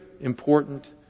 important